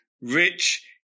rich